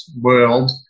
world